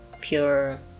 pure